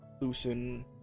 loosen